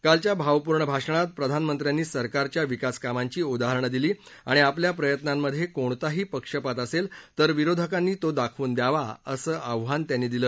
कालच्या भावपूर्ण भाषणात प्रधानमंत्र्यांनी सरकारच्या विकासकामांची उदाहरणं दिली आणि आपल्या प्रयत्नांमधक्रोणताही पक्षपात असंस् तर विरोधकांनी तो दाखवून द्यावा असं आव्हान त्यांनी दिलं